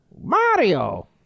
Mario